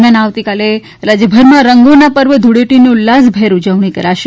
દરમ્યાન આવતીકાલે રાજ્યભરમાં રંગોના પર્વ ધૂળેટીની ઉલ્લાસભેર ઉજવણી કરાશે